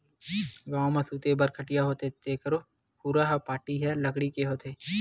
गाँव म सूते बर खटिया होथे तेखरो खुरा अउ पाटी ह लकड़ी के होथे